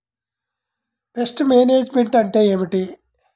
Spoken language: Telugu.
పెస్ట్ మేనేజ్మెంట్ అంటే ఏమిటి?